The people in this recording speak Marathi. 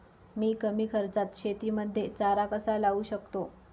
मी कमी खर्चात शेतीमध्ये चारा कसा लावू शकतो?